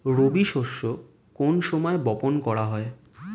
রবি শস্য কোন সময় বপন করা হয়?